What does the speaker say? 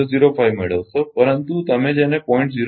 005 મેળવશો પરંતુ તમે જેને 0